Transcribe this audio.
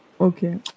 Okay